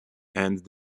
and